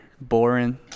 boring